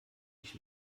nicht